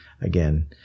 again